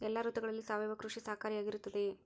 ಎಲ್ಲ ಋತುಗಳಲ್ಲಿ ಸಾವಯವ ಕೃಷಿ ಸಹಕಾರಿಯಾಗಿರುತ್ತದೆಯೇ?